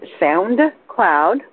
SoundCloud